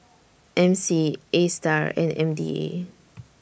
M C ASTAR and M D A